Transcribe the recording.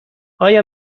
آیا